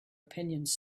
opinions